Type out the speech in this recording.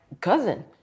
cousin